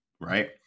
right